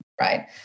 Right